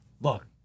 Look